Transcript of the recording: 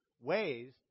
ways